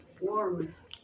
warmth